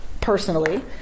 personally